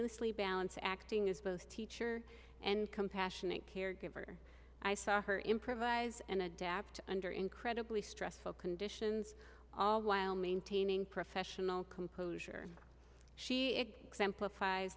sly balance acting as both teacher and compassionate caregiver i saw her improvise and adapt under incredibly stressful conditions all while maintaining professional composure she exemplif